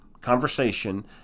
conversation